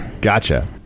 Gotcha